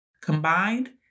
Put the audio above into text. Combined